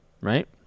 right